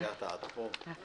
הגעת עד פה.